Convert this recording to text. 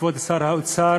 כבוד שר האוצר